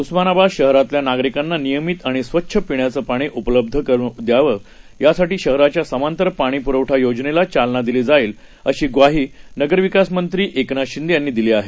उस्मानाबाद शहरातल्या नागरिकांना नियमित आणि स्वच्छ पिण्याचं पाणी उपलब्ध व्हावं यासाठी शहराच्या समांतर पाणी पुरवठा योजनेला चालना दिली जाईल अशी ग्वाही नगरविकास मंत्री एकनाथ शिंदे यांनी दिली आहे